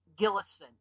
gillison